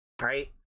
right